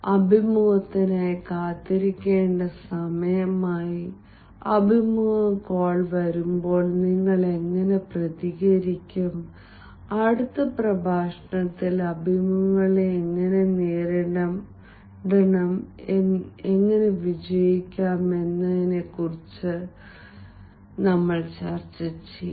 അഭിമുഖത്തിനായി കാത്തിരിക്കേണ്ട സമയമായി അഭിമുഖം കോൾ വരുമ്പോൾ നിങ്ങൾ എങ്ങനെ പ്രതികരിക്കും അടുത്ത പ്രഭാഷണത്തിൽ അഭിമുഖങ്ങളെ എങ്ങനെ നേരിടണം എങ്ങനെ വിജയിക്കാം എന്നതിനെക്കുറിച്ച് ഞങ്ങൾ ചർച്ച ചെയ്യും